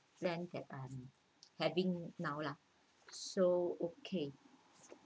plan that I'm having now lah so okay